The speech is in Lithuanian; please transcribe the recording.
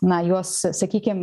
na juos sakykim